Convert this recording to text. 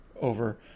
over